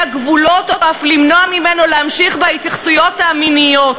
גבולות או אף למנוע ממנו להמשיך בהתייחסויות המיניות.